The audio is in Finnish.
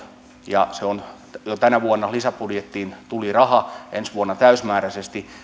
ja jo tänä vuonna lisäbudjettiin tuli raha ensi vuonna täysimääräisesti